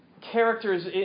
characters